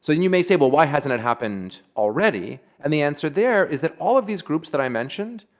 so then you may say, well, why hasn't it happened already? and the answer there is that all of these groups that i mentioned,